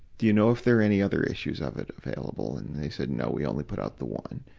do you know if there are any other issues of it available? and they said, no, we only put out the one.